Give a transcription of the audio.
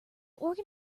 organ